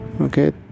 Okay